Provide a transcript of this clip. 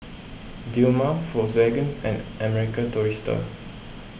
Dilmah Volkswagen and American Tourister